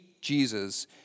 Jesus